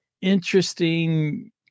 interesting